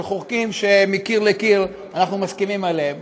חוקים שמקיר לקיר אנחנו מסכימים עליהם,